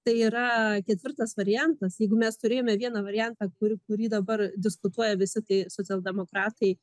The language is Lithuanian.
tai yra ketvirtas variantas jeigu mes turėjome vieną variantą kur kurį dabar diskutuoja visi tai socialdemokratai